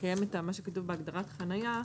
מקיים את מה שכתוב בהגדרת חניה,